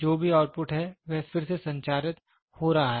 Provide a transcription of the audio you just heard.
इसलिए जो भी आउटपुट है वह फिर से संचारित हो रहा है